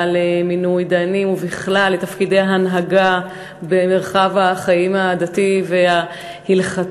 למינוי דיינים ובכלל לתפקידי הנהגה במרחב החיים הדתי וההלכתי.